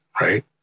right